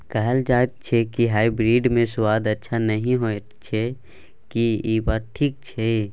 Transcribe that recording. कहल जायत अछि की हाइब्रिड मे स्वाद अच्छा नही होयत अछि, की इ बात ठीक अछि?